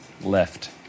Left